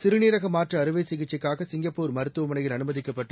சிறுநீரக மாற்று அறுவை சிகிச்சைக்காக சிங்கப்பூர் மருத்துவமனையில் அனுமதிக்கப்பட்டு